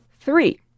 Three